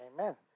Amen